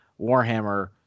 Warhammer